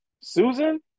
Susan